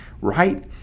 right